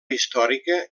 històrica